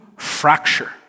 fracture